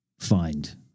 find